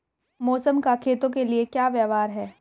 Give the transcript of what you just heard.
मौसम का खेतों के लिये क्या व्यवहार है?